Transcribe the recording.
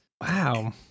Wow